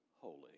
holy